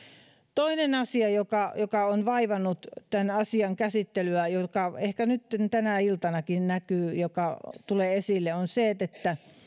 toinen asia joka joka on vaivannut tämän asian käsittelyä joka ehkä nyt tänä iltanakin näkyy joka tulee esille on se